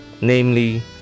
namely